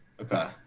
Okay